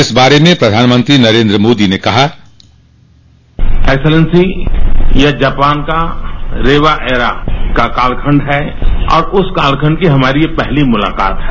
इस बारे में प्रधानमंत्रो नरेंद्र मोदी ने कहा बाइट एथिलेंसी यह जापान का रीवा एरा का कालखंड है और उस कालखंड की ये हमारी पहली मुलाकात है